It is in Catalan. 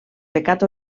pecat